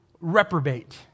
reprobate